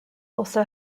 also